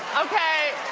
okay